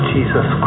Jesus